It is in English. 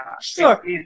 sure